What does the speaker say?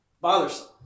bothersome